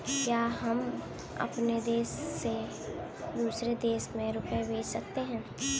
क्या हम अपने देश से दूसरे देश में रुपये भेज सकते हैं?